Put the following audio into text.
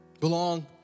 Belong